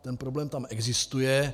Ten problém tam existuje.